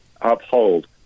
uphold